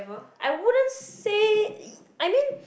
I wouldn't say I mean